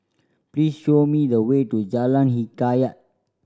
please show me the way to Jalan Hikayat